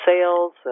sales